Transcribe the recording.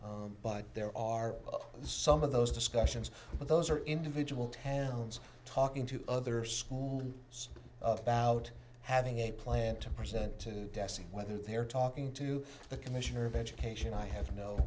but there are some of those discussions but those are individual ten pounds talking to other school of about having a plan to present to test whether they're talking to the commissioner of education i have no